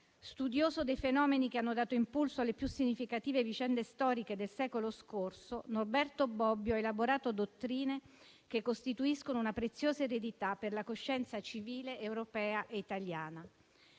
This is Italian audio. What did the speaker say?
Studioso dei fenomeni che hanno dato impulso alle più significative vicende storiche del secolo scorso, Norberto Bobbio, ha elaborato dottrine che costituiscono una preziosa eredità per la coscienza civile europea e italiana.